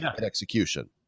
execution